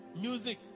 Music